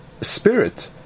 spirit